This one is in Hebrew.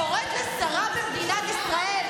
קוראת לשרה במדינת ישראל,